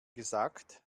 gesagt